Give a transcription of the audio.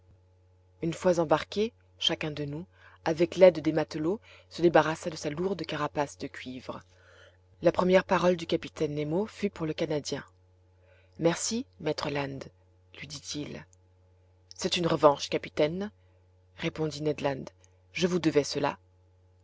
une fois embarqués chacun de nous avec l'aide des matelots se débarrassa de sa lourde carapace de cuivre la première parole du capitaine nemo fut pour le canadien merci maître land lui dit-il c'est une revanche capitaine répondit ned land je vous devais cela